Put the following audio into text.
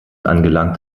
angelangt